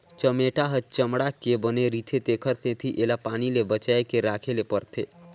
चमेटा ह चमड़ा के बने रिथे तेखर सेती एला पानी ले बचाए के राखे ले परथे